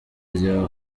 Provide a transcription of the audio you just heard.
rya